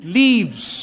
leaves